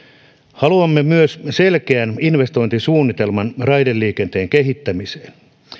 haluamme myös selkeän investointisuunnitelman raideliikenteen kehittämiseen